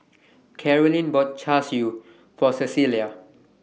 Carolyne bought Char Siu For Cecilia